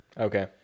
Okay